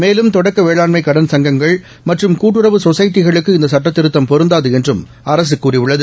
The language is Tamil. மேலும் தொடக்க வேளாண்மை கடன் சங்கங்கள் மற்றும் கூட்டுறவு சொசைட்டிகளுக்கு இந்த சுட்டத் திருத்தம் பொருந்தாது என்றும் அரசு கூறியுள்ளது